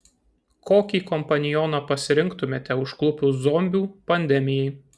kokį kompanioną pasirinktumėte užklupus zombių pandemijai